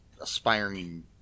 aspiring